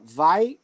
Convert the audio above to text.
vai